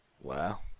Wow